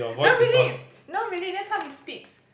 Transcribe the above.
no really no really that's how he speaks